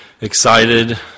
excited